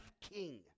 king